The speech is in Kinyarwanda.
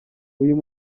uyu